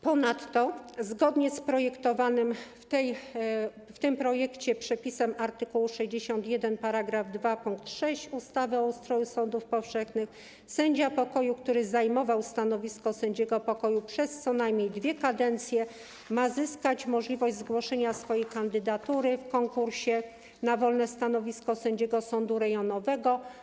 Ponadto, zgodnie z projektowanym w tym projekcie przepisem art. 61 § 2 pkt 6 ustawy o ustroju sądów powszechnych, sędzia pokoju, który zajmował stanowisko sędziego pokoju przez co najmniej dwie kadencje, ma zyskać możliwość zgłoszenia swojej kandydatury w konkursie na wolne stanowisko sędziego sądu rejonowego.